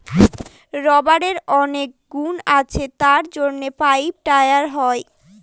রাবারের অনেক গুণ আছে তার জন্য পাইপ, টায়ার হয়